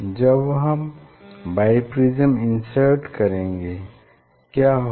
जब हम biprism insert करेंगे क्या होगा